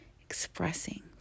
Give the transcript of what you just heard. expressing